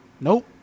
Nope